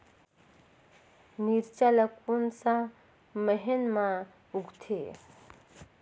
मिरचा ला कोन सा महीन मां उगथे?